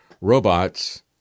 robots